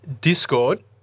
Discord